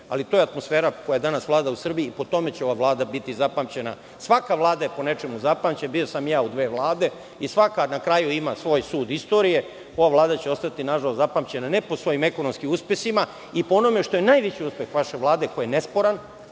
ali to je atmosfera koja danas Vlada u Srbiji i po tome će ova vlada biti zapamćena. Svaka vlada je po nečemu zapamćena. Bio sam i ja u dve vlade i svaka, na kraju, ima svoj sud istorije. Ova vlada će ostati nažalost zapamćena, ne po svojim ekonomskim uspesima, i po onome što je najveći uspeh vaše Vlade, a koji je nesporan,